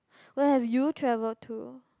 where have you traveled to